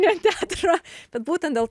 ne an teatro bet būtent dėl to